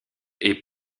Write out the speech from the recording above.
est